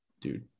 dude